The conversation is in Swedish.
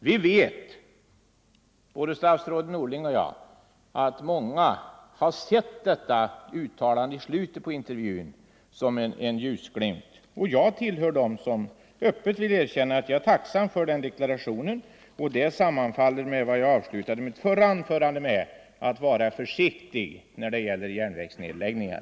Vi vet, både statsrådet och Norling och jag, att många har sett detta uttalande i slutet av intervjun som en ljusglimt, och jag hör till dem som öppet erkänner tacksamhet för den deklarationen. Den sammanfaller med vad jag avslutade mitt förra anförande med, att man skall vara försiktig när det gäller järnvägsnedläggningar.